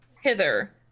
hither